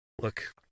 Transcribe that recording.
look